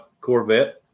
Corvette